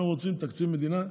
הם רוצים תקציב מדינה,